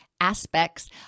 aspects